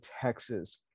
Texas